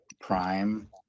prime